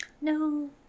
No